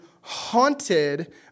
haunted